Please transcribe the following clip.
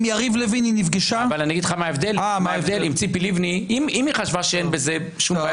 הייתי ממשיך לתת עוד דוגמאות, אם הייתי זוכר מי